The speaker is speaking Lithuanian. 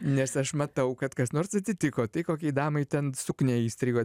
nes aš matau kad kas nors atsitiko tai kokiai damai ten suknia įstrigo